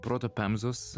proto pemzos